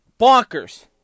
bonkers